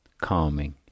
calming